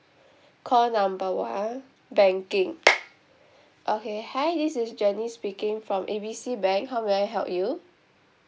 call number one banking okay hi this is jennie speaking from A B C bank how may I help you